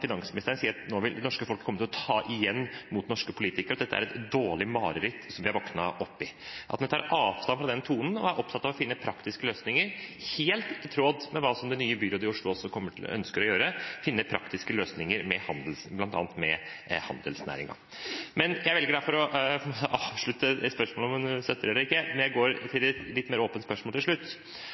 finansministeren sier at nå vil det norske folk komme til å ta igjen mot norske politikere, og at dette er et «dårlig mareritt» som de har våknet opp i – at hun tar avstand fra den tonen og er opptatt av å finne praktiske løsninger, helt i tråd med hva det nye byrådet i Oslo også ønsker å gjøre, å finne praktiske løsninger bl.a. med handelsnæringen. Jeg velger derfor å avslutte mitt spørsmål om hun støtter det eller ikke, jeg går til et litt mer åpent spørsmål til slutt.